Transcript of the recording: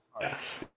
Yes